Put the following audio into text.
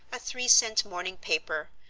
a three-cent morning paper,